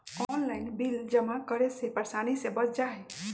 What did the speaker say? Online bill जमा करे से परेशानी से बच जाहई?